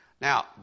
Now